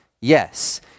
Yes